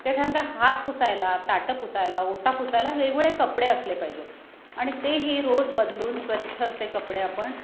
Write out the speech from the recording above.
त्याच्यानंतर हात पुसायला ताटं पुसायला ओटा पुसायला वेगवेळे कपडे असले पाहिजेत आणि ते ही रोज बदलून स्वच्छ असे कपडे आपण